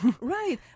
Right